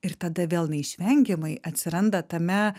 ir tada vėl neišvengiamai atsiranda tame